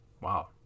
Wow